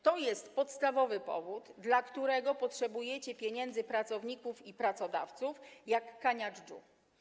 To jest podstawowy powód, dla którego potrzebujecie pieniędzy pracowników i pracodawców jak kania dżdżu.